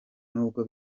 nubwo